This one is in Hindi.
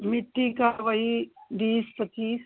मिट्टी का वही बीस पच्चीस